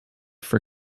for